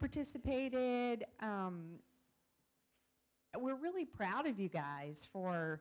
participated and we're really proud of you guys for